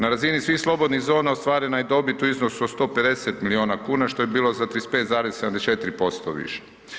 Na razini svih slobodnih zona ostvarena je dobit u iznosu od 150 milijuna kuna, što je bilo za 35,74% više.